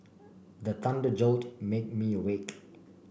the thunder jolt made me awake